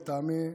לטעמי,